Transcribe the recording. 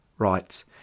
writes